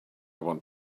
want